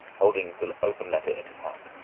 holding the open letter in his hand.